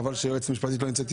חבל שהיועצת המשפטית לא נמצאת,